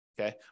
okay